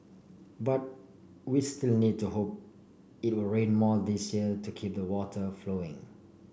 but we still need to hope it rain more this year to keep the water flowing